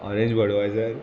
orange Budweiser